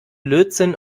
lötzinn